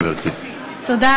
תודה,